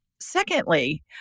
Secondly